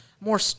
more